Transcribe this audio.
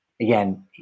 again